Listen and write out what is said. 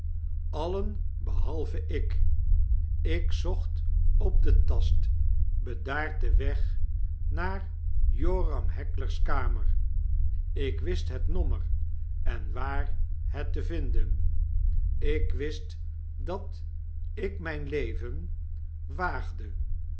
alien behalve ik ik zocht op den tast bedaard den weg naar joram heckler's kamer ik wist het nomraer en waar het te vinden ik wist dat ik myn leven